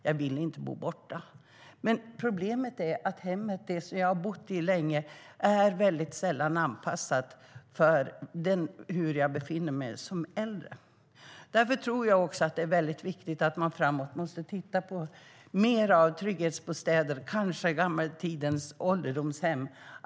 Jag vill inte bo borta. Men problemet är att det hem som jag har bott i länge väldigt sällan är anpassat för hur jag befinner mig som äldre. Därför är det väldigt viktigt att man framåt tittar på mer av trygghetsbostäder, kanske gamla tidens ålderdomshem.